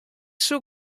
soe